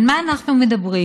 על מה אנחנו מדברים?